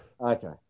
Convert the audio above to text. Okay